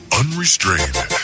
unrestrained